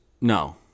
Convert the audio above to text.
No